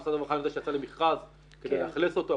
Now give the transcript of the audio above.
שמשרד הרווחה יצא למכרז כדי לאכלס אותו,